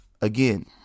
Again